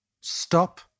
stop